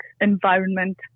environment